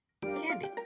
candy